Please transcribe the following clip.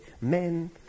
men